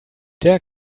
der